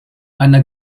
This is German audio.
einer